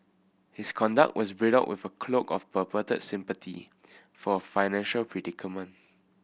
his conduct was bridled with a cloak of purported sympathy for financial predicament